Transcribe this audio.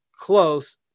close